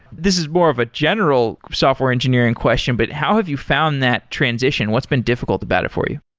this is more of a general software engineering question, but how have you found that transition? what's been difficult about it for you?